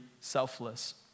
selfless